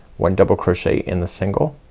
one double crochet in the single